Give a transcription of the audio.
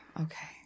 Okay